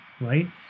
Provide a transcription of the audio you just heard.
Right